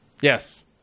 Yes